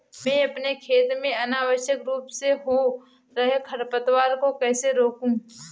मैं अपने खेत में अनावश्यक रूप से हो रहे खरपतवार को कैसे रोकूं?